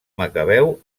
macabeu